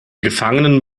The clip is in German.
gefangenen